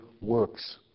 works